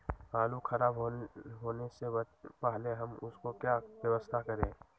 आलू खराब होने से पहले हम उसको क्या व्यवस्था करें?